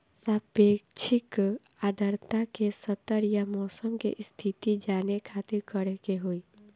सापेक्षिक आद्रता के स्तर या मौसम के स्थिति जाने खातिर करे के होई?